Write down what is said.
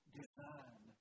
design